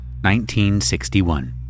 1961